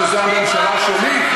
שזה הממשלה שלי,